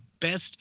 best